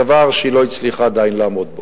דבר שהיא לא הצליחה עדיין לעמוד בו,